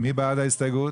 מי בעד ההסתייגות?